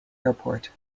airport